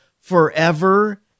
forever